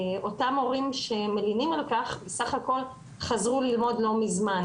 אותם הורים שמלינים על כך בסך הכל חזרו ללמוד לא מזמן,